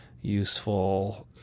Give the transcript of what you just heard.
useful